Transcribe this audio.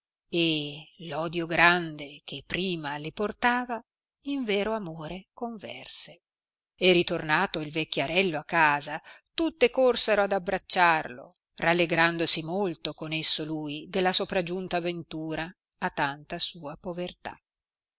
e l'odio grande che prima le portava in vero amore converse e ritornato il vecchiarello a casa tutte corsero ad abbracciarlo rallegrandosi molto con esso lui della sopragiunta ventura a tanta sua povertà